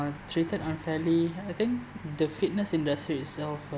uh treated unfairly I think the fitness industry itself uh